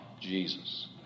Jesus